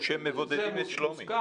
או שהם מבודדים את שלומי.